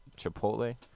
Chipotle